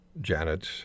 janet